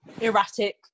Erratic